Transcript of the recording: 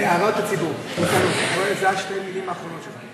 הערות הציבור, אלו שתי המילים האחרונות שלך.